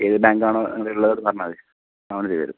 ഏത് ബാങ്കാണോ നിങ്ങളുടെ ഉള്ളതെന്ന് പറഞ്ഞാൽ മതി നമ്മൾ ചെയ്തു തരും